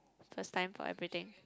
first time for everything